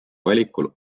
valikul